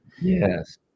yes